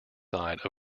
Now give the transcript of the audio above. side